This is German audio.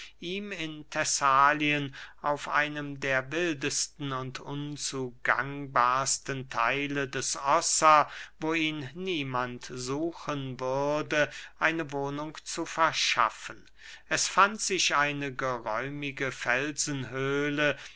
in thessalien auf einem der wildesten und unzugangbarsten theile des ossa wo ihn niemand suchen würde eine wohnung zu verschaffen es fand sich eine geräumige